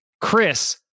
Chris